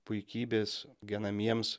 puikybės genamiems